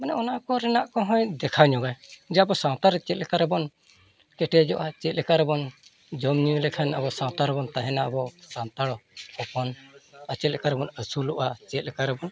ᱢᱟᱱᱮ ᱚᱱᱟᱠᱚ ᱨᱮᱱᱟᱜ ᱠᱚᱦᱚᱸᱭ ᱫᱮᱠᱷᱟᱣ ᱧᱚᱜᱟᱭ ᱡᱟ ᱟᱵᱚ ᱥᱟᱶᱛᱟᱨᱮ ᱪᱮᱫ ᱞᱮᱠᱟ ᱨᱮᱵᱚᱱ ᱠᱮᱴᱮᱡᱚᱜᱼᱟ ᱪᱮᱫ ᱞᱮᱠᱟ ᱨᱮᱵᱚᱱ ᱡᱚᱢ ᱧᱩ ᱞᱮᱠᱷᱟᱱ ᱟᱵᱚ ᱥᱟᱶᱛᱟ ᱨᱮᱵᱚᱱ ᱛᱟᱦᱮᱱᱟ ᱟᱵᱚ ᱥᱟᱱᱛᱟᱲ ᱦᱚᱯᱚᱱ ᱟᱨ ᱪᱮᱫ ᱞᱮᱠᱟᱨᱮᱵᱚᱱ ᱟᱥᱩᱞᱚᱜᱼᱟ ᱪᱮᱫ ᱞᱮᱠᱟᱨᱮᱵᱚᱱ